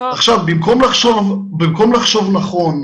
במקום לחשוב נכון,